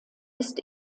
ist